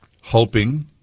hoping